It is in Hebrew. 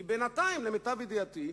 כי בינתיים, למיטב ידיעתי,